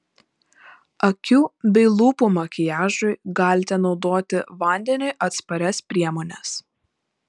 akių bei lūpų makiažui galite naudoti vandeniui atsparias priemones